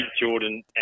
Jordan